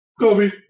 Kobe